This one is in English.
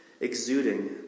exuding